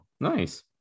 nice